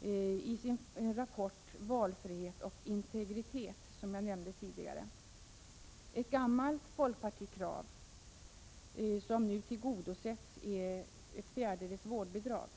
i sin rapport Valfrihet och integritet, som jag nämnde tidigare. Ett gammalt folkpartikrav som nu tillgodosetts är kravet på en fjärdedels vårdbidrag.